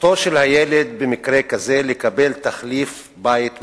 זכותו של הילד במקרה כזה לקבל תחליף בית מתאים,